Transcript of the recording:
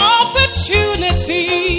opportunity